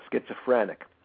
schizophrenic